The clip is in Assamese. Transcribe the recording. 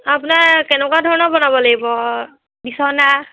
আপোনাৰ কেনেকুৱা ধৰণৰ বনাব লাগিব বিচনা